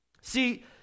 See